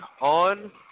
on